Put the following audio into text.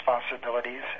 responsibilities